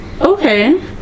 Okay